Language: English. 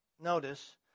Notice